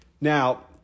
Now